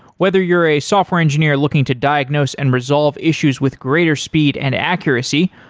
whether you're a software engineer looking to diagnose and resolve issues with greater speed and accuracy,